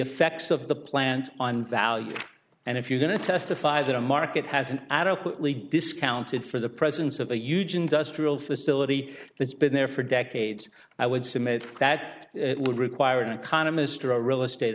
effects of the plant on value and if you're going to testify that a market hasn't adequately discounted for the presence of a huge industrial facility that's been there for decades i would submit that would require an economist or a real estate